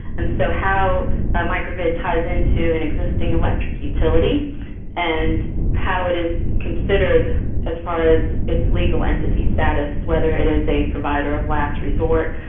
and so how a micro-grids ties into an existing electric utility and how it is considered as far as its legal entity status, whether it is a provider of last resort.